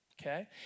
Okay